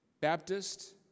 Baptist